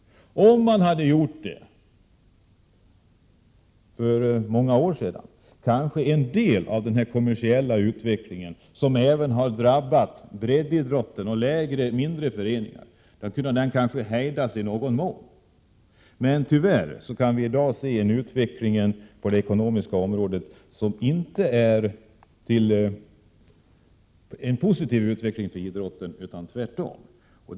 Om man redan för många år sedan hade börjat låta dem göra det, kanske en del av den kommersiella utveckling som även har drabbat breddidrotten och mindre föreningar hade kunnat hejdas i någon mån. Tyvärr kan vi i dag se en utveckling på det ekonomiska området som inte är positiv för idrotten utan tvärtom negativ.